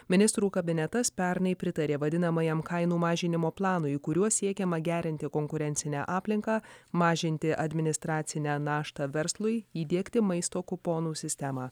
ministrų kabinetas pernai pritarė vadinamajam kainų mažinimo planui kuriuo siekiama gerinti konkurencinę aplinką mažinti administracinę naštą verslui įdiegti maisto kuponų sistemą